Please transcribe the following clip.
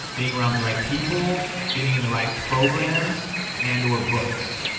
being around the right people, getting in the right programs and or books.